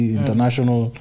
international